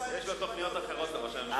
תוכניות אחרות לראש הממשלה.